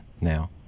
now